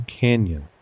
Canyon